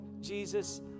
Jesus